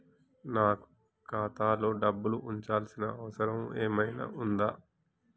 నాకు ఖాతాలో డబ్బులు ఉంచాల్సిన అవసరం ఏమన్నా ఉందా?